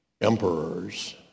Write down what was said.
emperors